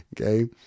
Okay